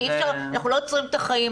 אנחנו לא עוצרים את החיים,